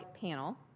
panel